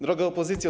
Droga Opozycjo!